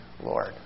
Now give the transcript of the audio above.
Lord